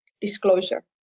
disclosure